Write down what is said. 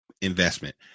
investment